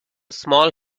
small